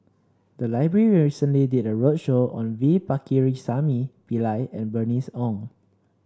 the library recently did a roadshow on V Pakirisamy Pillai and Bernice Ong